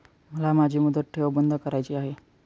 मला माझी मुदत ठेव बंद करायची आहे